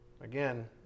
Again